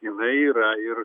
jinai yra ir